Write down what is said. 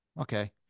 Okay